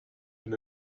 been